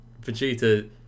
Vegeta